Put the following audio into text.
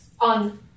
on